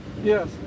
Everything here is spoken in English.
Yes